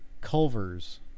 culver's